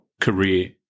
career